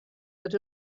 that